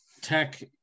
tech